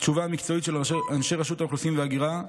התשובה המקצועית של אנשי רשות האוכלוסין וההגירה.